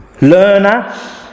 learner